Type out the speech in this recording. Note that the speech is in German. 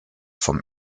vom